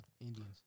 Indians